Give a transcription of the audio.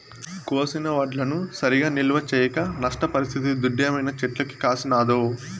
కోసిన వడ్లను సరిగా నిల్వ చేయక నష్టపరిస్తిది దుడ్డేమైనా చెట్లకు కాసినాదో